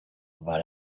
about